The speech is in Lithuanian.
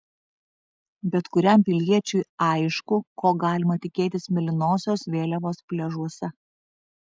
bet kuriam piliečiui aišku ko galima tikėtis mėlynosios vėliavos pliažuose